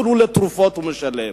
אפילו על תרופות הוא משלם.